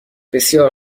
بسیار